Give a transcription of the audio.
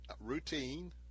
routine